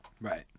Right